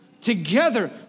Together